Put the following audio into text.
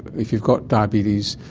if you've got diabetes,